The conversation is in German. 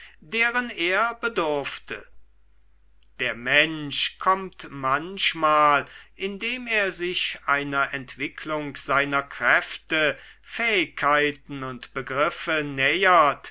deren er bedurfte der mensch kommt manchmal indem er sich einer entwicklung seiner kräfte fähigkeiten und begriffe nähert